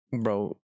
bro